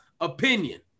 opinion